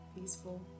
peaceful